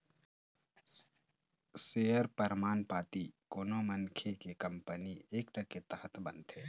share परमान पाती कोनो मनखे के कंपनी एक्ट के तहत बनथे